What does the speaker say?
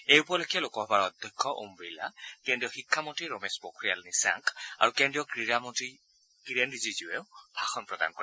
এই উপলেক্ষে লোকসভাৰ অধ্যক্ষ ওম বিৰলা কেন্দ্ৰীয় শিক্ষামন্ত্ৰী ৰমেশ পোখৰিয়াল নিশাংক আৰু ক্ৰীড়া মন্ত্ৰী কিৰেণ ৰিজিজুৱেও ভাষণ প্ৰদান কৰে